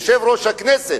יושב-ראש הכנסת,